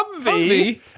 Humvee